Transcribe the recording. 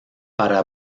para